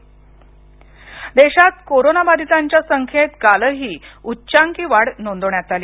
देश कोरोना देशात कोरोना बाधितांच्या संख्येत कालही उच्चांकी वाढ नोंदवण्यात आली